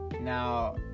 Now